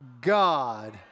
God